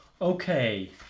Okay